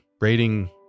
rating